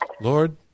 Lord